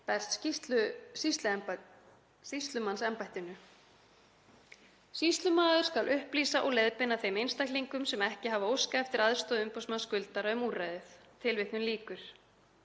berst sýslumannsembættinu. Sýslumaður skal upplýsa og leiðbeina þeim einstaklingum sem ekki hafa óskað eftir aðstoð umboðsmanns skuldara um úrræðið.“ Einnig bendir